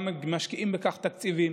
גם משקיעים בכך תקציבים,